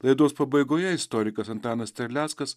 laidos pabaigoje istorikas antanas terleckas